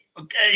okay